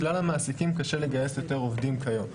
לכלל המעסיקים קשה לגייס יותר עובדים כיום,